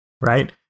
right